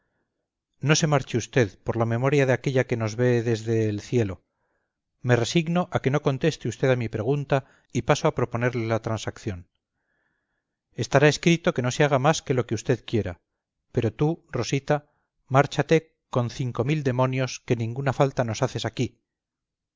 no se marche usted por la memoria de aquella que nos ve desde el cielo me resigno a que no conteste usted a mi pregunta y paso a proponerle la transacción estará escrito que no se haga más que lo que usted quiera pero tú rosita márchate con cinco mil demonios que ninguna falta nos haces aquí